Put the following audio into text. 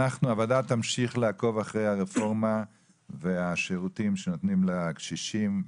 הוועדה תמשיך לעקוב אחרי הרפורמה והשירותים שנותנים לקשישים,